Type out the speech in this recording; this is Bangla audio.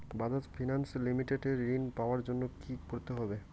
বাজাজ ফিনান্স লিমিটেড এ ঋন পাওয়ার জন্য কি করতে হবে?